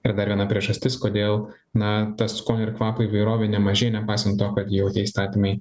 ir dar viena priežastis kodėl na ta skonio ir kvapo įvairovė nemažėja nepaisant to kad jau tie įstatymai